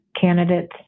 Candidates